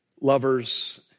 lovers